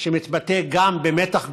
שמתבטא גם במתח גופני,